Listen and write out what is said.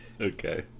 Okay